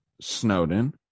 Snowden